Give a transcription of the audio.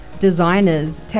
designers